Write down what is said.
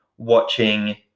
Watching